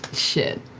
shit.